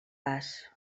bas